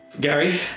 Gary